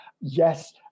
Yes